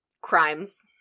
crimes